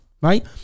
right